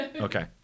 Okay